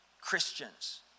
Christians